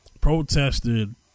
Protested